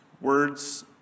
words